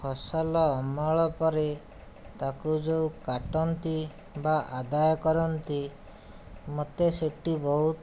ଫସଲ ଅମଳ ପରେ ତାକୁ ଯେଉଁ କାଟନ୍ତି ବା ଆଦାୟ କରନ୍ତି ମୋତେ ସିଟି ବହୁତ